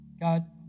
God